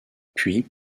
puis